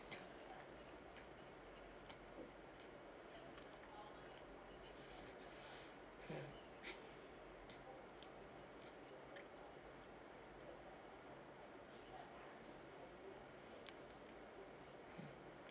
mm